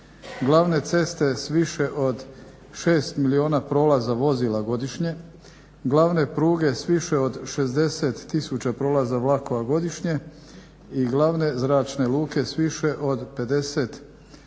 glavne ceste s više od 6 milijuna prolaza vozila godišnje, glavne pruge s više od 60 000 prolaza vlakova godišnje i glavne zračne luke s više od 50 000